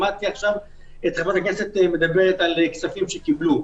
שמעתי עכשיו את חברת הכנסת מדברת על כספים שקיבלו.